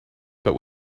but